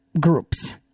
groups